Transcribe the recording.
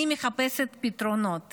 אני מחפשת פתרונות